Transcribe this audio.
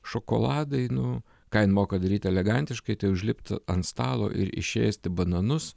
šokoladai nu ką jin moka daryt elegantiškai tai užlipt ant stalo ir išėsti bananus